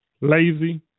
lazy